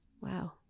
Wow